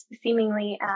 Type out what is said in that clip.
seemingly